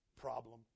problem